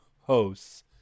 hosts